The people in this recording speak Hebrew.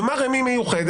במה רמ"י מיוחדת?